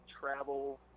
travel